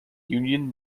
union